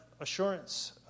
assurance